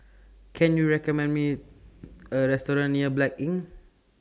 Can YOU recommend Me A Restaurant near Blanc Inn